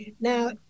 Now